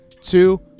two